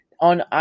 on